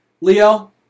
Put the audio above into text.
Leo